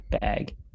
bag